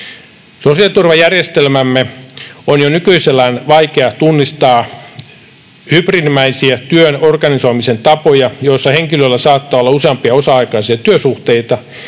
Sosiaaliturvajärjestelmämme on jo nykyisellään vaikea tunnistaa hybridimäisiä työn organisoimisen tapoja, joissa henkilöllä saattaa olla useampia osa-aikaisia työsuhteita